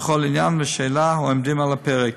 בכל עניין ושאלה העומדים על הפרק.